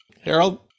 Harold